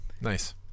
nice